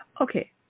okay